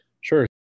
Sure